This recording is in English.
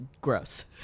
gross